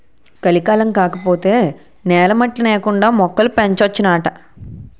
కలికాలం కాకపోతే నేల మట్టి నేకండా మొక్కలు పెంచొచ్చునాట